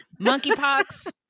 monkeypox